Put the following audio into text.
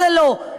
זה לא, זה לא.